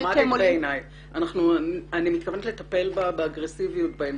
בעיני היא דרמטית ואני מתכוונת לטפל בה באגרסיביות בהמשך,